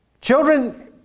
Children